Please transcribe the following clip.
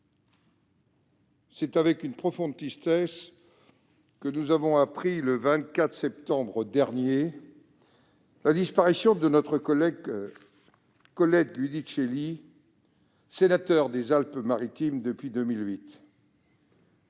c'est avec une profonde tristesse que nous avons appris, le 24 septembre dernier, la disparition de notre collègue Colette Giudicelli, sénateur des Alpes-Maritimes depuis 2008.